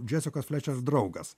džesikos flečer draugas